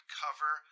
cover